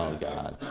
um god.